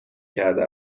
کرده